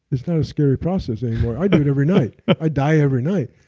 it's not a scary process anymore. i do it every night, i die every night.